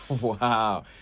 wow